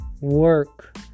work